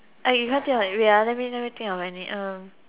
uh you can't think of any wait ah let me let me think of any um